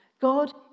God